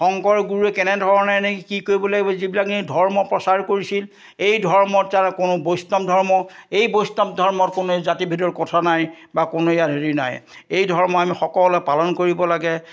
শংকৰ গুৰুৱে কেনেধৰণে এনেকে কি কৰিব লাগিব যিবিলাক নেকি ধৰ্ম প্ৰচাৰ কৰিছিল এই ধৰ্মত যাৰ কোনো বৈষ্ণৱ ধৰ্ম এই বৈষ্ণৱ ধৰ্মত কোনো জাতি ভেদৰ কথা নাই বা কোনো ইয়াত হেৰি নাই এই ধৰ্ম আমি সকলোৱে পালন কৰিব লাগে